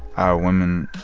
ah women.